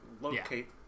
locate